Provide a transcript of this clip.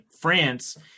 france